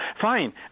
fine